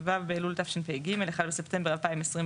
ט"ו באלול התשפ"ג (1 בספטמבר 2023),